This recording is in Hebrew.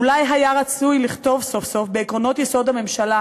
אולי היה רצוי לכתוב סוף-סוף בעקרונות יסוד הממשלה